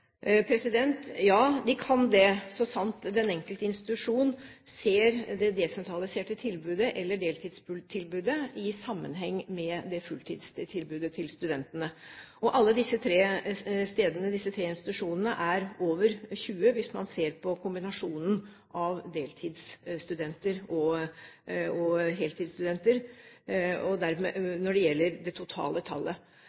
Ja, de kan det, så sant den enkelte institusjon ser det desentraliserte tilbudet eller deltidstilbudet i sammenheng med fulltidstilbudet til studentene. Alle disse tre institusjonene har over 20 hvis man ser på kombinasjonen av deltidsstudenter og heltidsstudenter